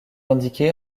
indiqués